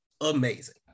amazing